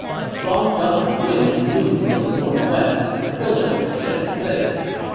a strong gust of wind blew from the northwest, filling the ships' sails.